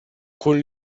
con